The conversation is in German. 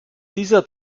dieser